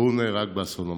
והוא נהרג באסון המסוקים.